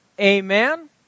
Amen